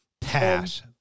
pass